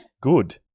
good